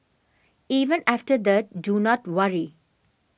even after the do not worry